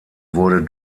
wurde